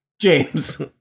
James